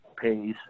pays